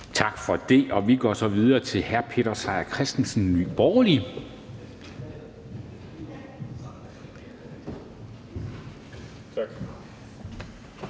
Tak for det. Og vi går så videre til hr. Peter Seier Christensen, Nye Borgerlige.